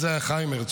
אז זה היה חיים הרצוג.